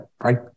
Right